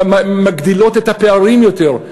מגדילות את הפערים יותר,